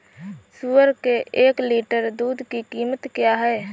सुअर के एक लीटर दूध की कीमत क्या है?